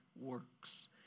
works